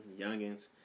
youngins